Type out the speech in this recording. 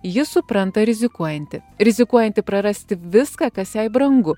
ji supranta rizikuojanti rizikuojanti prarasti viską kas jai brangu